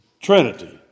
Trinity